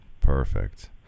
Perfect